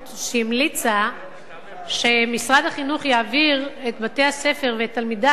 המליצה שמשרד החינוך יעביר את בתי-הספר ואת תלמידיו